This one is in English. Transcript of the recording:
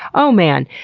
oh man!